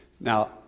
Now